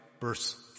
verse